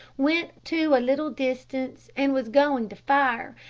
went to a little distance, and was going to fire,